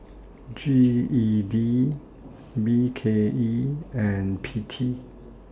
G E D B K E and P T